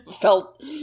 felt